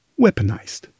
weaponized